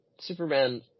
Superman